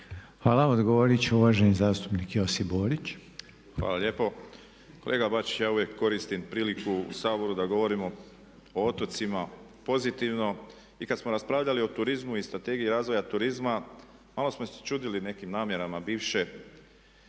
Hvala. Odgovorit će uvažani zastupnik Josip Borić. **Borić, Josip (HDZ)** Hvala lijepo. Kolega Bačiću, ja uvijek koristim priliku u Saboru da govorimo o otocima pozitivno. I kad smo raspravljali o turizmu i Strategiji razvoja turizma malo smo se čudili nekim namjerama bivše